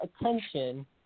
attention